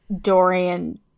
Dorian